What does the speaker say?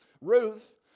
Ruth